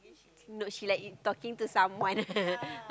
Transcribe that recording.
no she like talking to someone